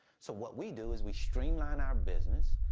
so what we do is we streamline our business,